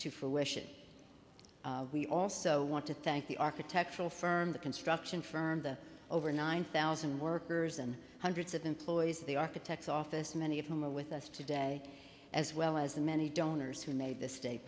to fruition we also want to thank the architectural firm the construction firm the over nine thousand workers and hundreds of employees of the architect's office many of them are with us today as well as the many donors who made this day